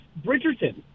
Bridgerton